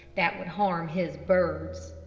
that would harm his birds.